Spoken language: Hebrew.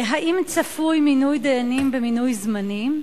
האם צפוי מינוי דיינים במינוי זמני?